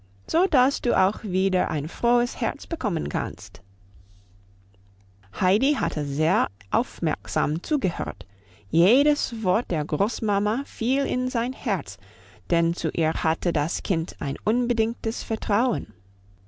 so dass du auch wieder ein frohes herz bekommen kannst heidi hatte sehr aufmerksam zugehört jedes wort der großmama fiel in sein herz denn zu ihr hatte das kind ein unbedingtes vertrauen